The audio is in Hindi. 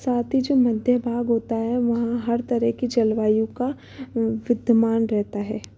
साथ ही जो मध्य भाग होता है वहाँ हर तरह की जलवायु का विद्यमान रहता है